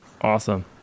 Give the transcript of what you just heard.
Awesome